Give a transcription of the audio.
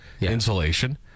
insulation